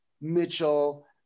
Mitchell